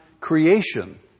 creation